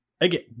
again